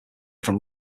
from